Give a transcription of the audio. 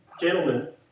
gentlemen